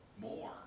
more